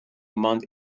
month